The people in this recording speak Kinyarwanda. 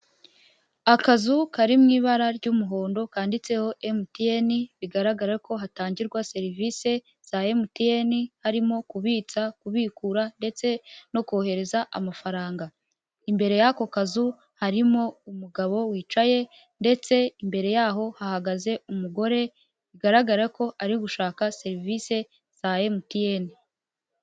Akazu kari mu ibara ry'umuhondo kanditseho MTN bigaragara ko hatangirwa serivise za MTN harimo kubitsa, kubikura ndetse no kohereza amafaranga, imbere y'ako kazu harimo umugabo wicaye ndetse imbere yaho hahagaze umugore bigaragara ko ari gushaka serivise za MTN.